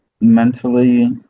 mentally